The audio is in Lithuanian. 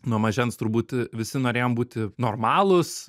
nuo mažens turbūt visi norėjom būti normalūs